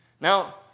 Now